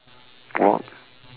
walk